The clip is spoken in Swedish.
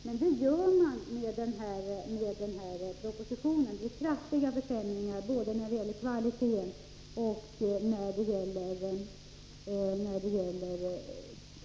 Men det gör man med förslagen i den här propositionen. Det blir kraftiga försämringar både när det gäller kvalitet och kvantitet.